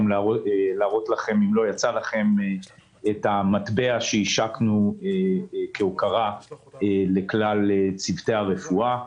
להראות לכם את המטבע שהשקנו כהוקרה לכלל צוותי הרפואה.